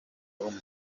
bukuru